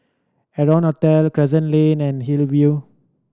Arton Hotel Crescent Lane and Hillview